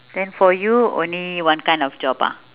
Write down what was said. then for you only one kind of job ah